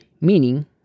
meaning